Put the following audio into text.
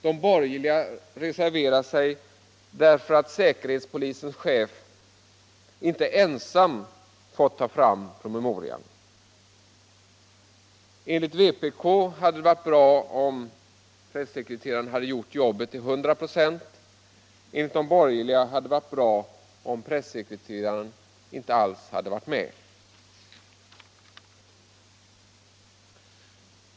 De borgerliga reserverar sig därför att säkerhetspolisens chef inte ensam fått ta fram promemorian. Enligt vpk hade det varit bra om pressekreteraren hade gjort jobbet till hundra procent. Enligt de borgerliga hade det varit bra om pressekreteraren inte alls hade varit med.